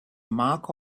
mark